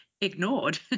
ignored